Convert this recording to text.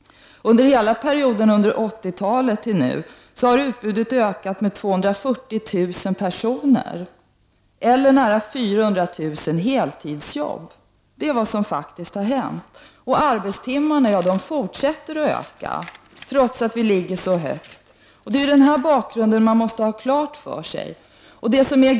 Under 80-talet och till nu har utbudet ökat med 240 000 personer eller nära 400 000 heltidsjobb. Det är vad som faktiskt har hänt. Antalet arbetade timmar fortsätter att öka trots att antalet är så högt som det är. Det är något som vi måste har klart för oss.